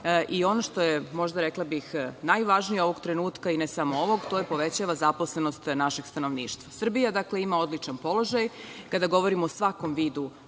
Ono što je možda, rekla bih, najvažnije ovog trenutka i ne samo ovog, to je – povećava zaposlenost našeg stanovništva. Srbija, dakle, ima odličan položaj. Kada govorimo o svakom vidu